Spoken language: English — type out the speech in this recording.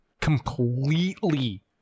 completely